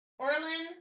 Orlin